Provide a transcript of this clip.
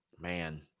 Man